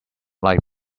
like